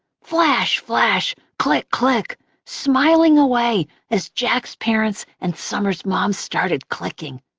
flash, flash, click, click smiling away as jack's parents and summer's mom started clicking.